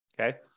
Okay